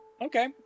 Okay